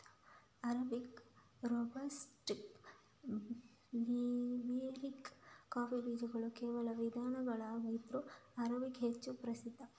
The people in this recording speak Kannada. ಅರೇಬಿಕಾ, ರೋಬಸ್ಟಾ, ಲಿಬೇರಿಕಾ ಕಾಫಿ ಬೀಜದ ಕೆಲವು ವಿಧಗಳಾಗಿದ್ರೂ ಅರೇಬಿಕಾ ಹೆಚ್ಚು ಪ್ರಸಿದ್ಧ